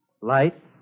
light